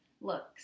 looks